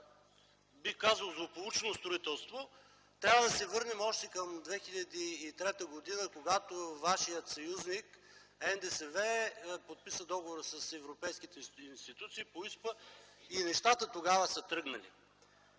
бих казал, злополучно строителство, трябва да се върнем още към 2003 г., когато вашият съюзник НДСВ подписа договора с европейските институции по ИСПА и нещата тогава са тръгнали.